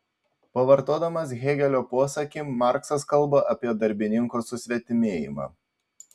pavartodamas hėgelio posakį marksas kalba apie darbininko susvetimėjimą